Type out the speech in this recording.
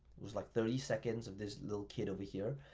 was like thirty seconds of this little kid over here,